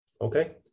Okay